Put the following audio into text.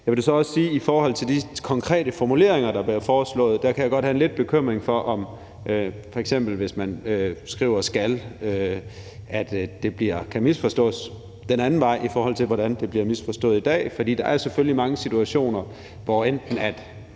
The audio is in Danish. Jeg vil så også sige, at i forhold til de konkrete formuleringer, der bliver foreslået, kan jeg godt lidt have en bekymring for, om det, hvis man f.eks. skriver »skal«, kan misforstås den anden vej, i forhold til hvordan det bliver misforstået i dag. Der er selvfølgelig mange situationer, hvor der er tale